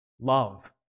Love